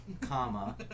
comma